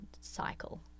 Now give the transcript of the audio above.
cycle